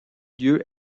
lieu